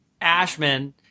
Ashman